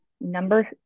Number